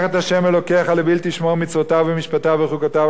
שמור מצוותיו ומשפטיו וחוקותיו אשר אנוכי מצווך היום,